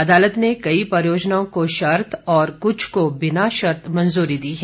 अदालत ने कई परियोजनाओं को शर्त और कुछ को बिना शर्त मंजूरी दी है